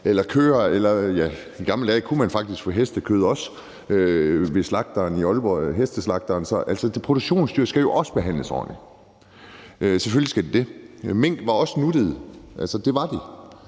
i gamle dage kunne man faktisk også få hestekød hos slagteren i Aalborg, hesteslagteren, altså produktionsdyrene, skal behandles ordentligt. Selvfølgelig skal de det. Minkene var altså også nuttede – det var de